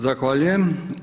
Zahvaljujem.